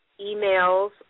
emails